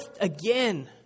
again